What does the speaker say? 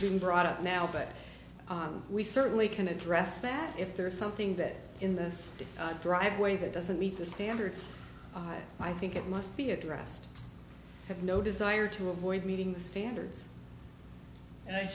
didn't brought up now but we certainly can address that if there is something that in this driveway that doesn't meet the standards i think it must be addressed i have no desire to avoid meeting the standards and i